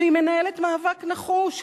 והיא מנהלת מאבק נחוש,